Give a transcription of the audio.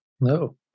no